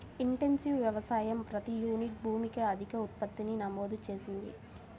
intensive వ్యవసాయం ప్రతి unit భూమికి అధిక ఉత్పత్తిని నమోదు చేసింది